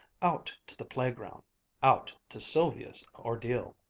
out to the playground out to sylvia's ordeal.